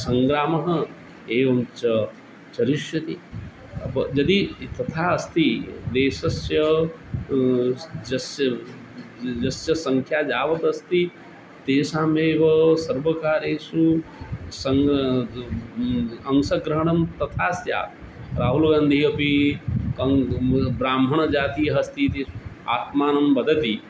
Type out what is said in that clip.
सङ्ग्रामः एवं च चलिष्यति अतः ब यदि तथा अस्ति देशस्य यस्य यस्य सङ्ख्या यावत् अस्ति तेषामेव सर्वकारेषु सङ्घः अंस ग्रहणं तथा स्यात् राहुलगान्धि अपि काङ् ब्राह्मणजातिः अस्ति इति आत्मानं वदति